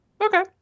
Okay